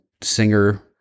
singer